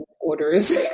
orders